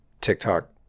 TikTok